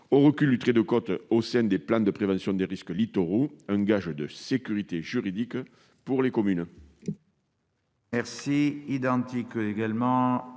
au recul du trait de côte au sein des plans de prévention des risques littoraux. Cela représente un gage de sécurité juridique pour les communes.